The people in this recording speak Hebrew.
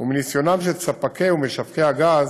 ומניסיונם של ספקי ומשווקי הגז